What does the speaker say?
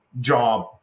job